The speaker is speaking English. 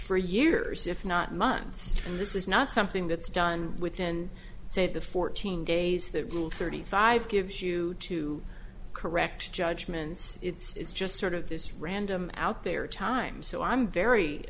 for years if not months and this is not something that's done within say the fourteen days that rule thirty five gives you two correct judgments it's just sort of this random out there time so i'm very